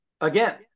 again